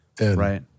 Right